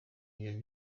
ibyo